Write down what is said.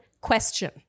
question